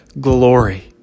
glory